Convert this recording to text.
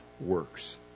works